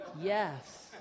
Yes